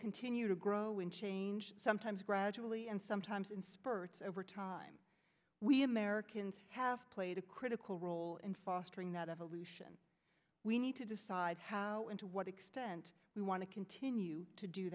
continue to grow and change sometimes gradually and sometimes in spurts over time we americans have played a critical role in fostering that evolution we need to decide how and to what extent we want to continue to do